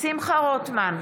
שמחה רוטמן,